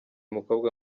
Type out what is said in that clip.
mukobwa